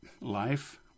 Life